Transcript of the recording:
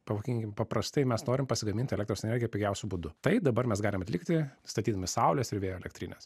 pavadinkim paprastai mes norim pasigaminti elektros energiją pigiausiu būdu tai dabar mes galim atlikti statydami saulės ir vėjo elektrines